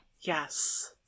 yes